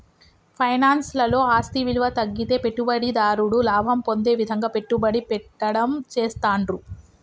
finance లలో ఆస్తి విలువ తగ్గితే పెట్టుబడిదారుడు లాభం పొందే విధంగా పెట్టుబడి పెట్టడం చేస్తాండ్రు